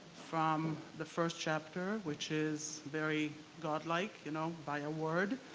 from the first chapter, which is very god-like, you know, by a word?